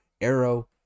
Arrow